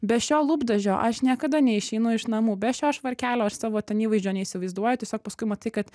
be šio lūpdažio aš niekada neišeinu iš namų be šio švarkelio aš savo ten įvaizdžio neįsivaizduoju tiesiog paskui matai kad